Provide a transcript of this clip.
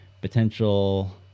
potential